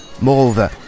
Moreover